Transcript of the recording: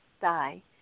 die